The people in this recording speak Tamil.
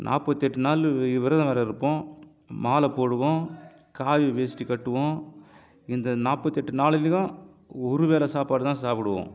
நாற்பத்தி எட்டு நாள் விரதம் வேறு இருப்போம் மாலை போடுவோம் காவி வேஷ்டி கட்டுவோம் இந்த நாற்பத்தி எட்டு நாளிலும் ஒரு வேளை சாப்பாடு தான் சாப்பிடுவோம்